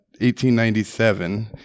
1897